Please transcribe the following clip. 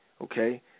okay